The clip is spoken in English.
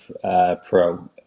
pro